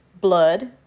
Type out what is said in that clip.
Blood